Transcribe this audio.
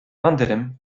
anderem